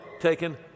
taken